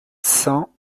cents